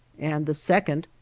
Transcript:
and the second,